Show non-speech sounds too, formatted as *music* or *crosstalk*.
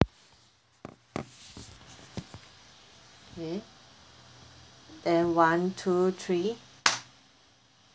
okay and one to three *noise*